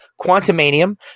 Quantumanium